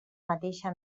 mateixa